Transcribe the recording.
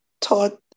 taught